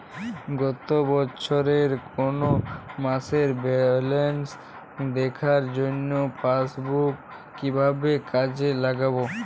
গত বছরের কোনো মাসের ব্যালেন্স দেখার জন্য পাসবুক কীভাবে কাজে লাগাব?